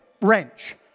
wrench